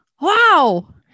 Wow